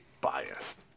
biased